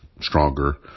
stronger